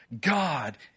God